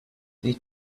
they